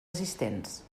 assistents